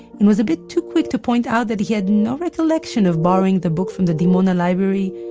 and was a bit too quick to point out that he had no recollection of borrowing the book from the dimona library,